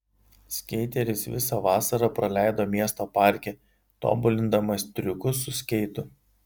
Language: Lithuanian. skeiteris visą vasarą praleido miesto parke tobulindamas triukus su skeitu